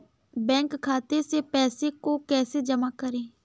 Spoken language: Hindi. बैंक खाते से पैसे को कैसे जमा करें?